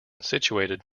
situated